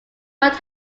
what